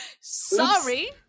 Sorry